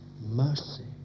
mercy